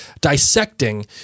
dissecting